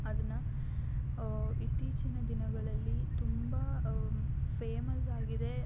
ಅದನ್ನು ಇತ್ತೀಚಿನ ದಿನಗಳಲ್ಲಿ ತುಂಬ ಫೇಮಸ್ ಆಗಿದೆ